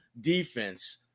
defense